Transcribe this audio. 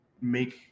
make